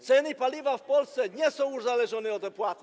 Ceny paliwa w Polsce nie są uzależnione od opłaty.